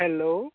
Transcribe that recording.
hello